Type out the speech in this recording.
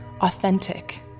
authentic